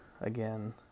again